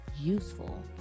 useful